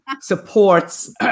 supports